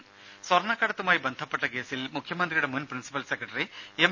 രേര സ്വർണ്ണക്കടത്തുമായി ബന്ധപ്പെട്ട കേസിൽ മുഖ്യമന്ത്രിയുടെ മുൻ പ്രിൻസിപ്പൽ സെക്രട്ടറി എം